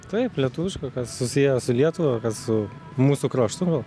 taip lietuviško kas susiję su lietuva kas su mūsų kraštu gal